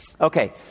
Okay